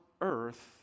earth